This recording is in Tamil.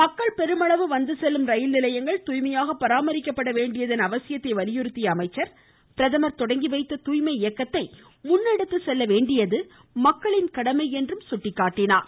மக்கள் பெருமளவு வந்து செல்லும் ரயில் நிலையங்கள் தூய்மையாக பராமரிக்கப்பட வேண்டியதன் அவசியத்தை வலியுறுத்திய அவர் பிரதமர் தொடங்கி வைத்த தூய்மை இயக்கத்தை முன்னெடுத்து செல்ல வேண்டியது மக்களின் கடமை என்று சுட்டிக்காட்டினார்